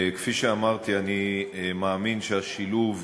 כפי שאמרתי, אני מאמין שהשילוב